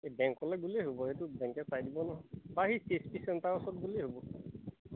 এই বেংকলৈ গ'লেই হ'ব সেইটো বেংকে চাই দিব নহয় বা সেই চি এচ পি চেণ্টাৰ ওচৰত গ'লেই হ'ব